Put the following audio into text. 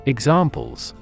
Examples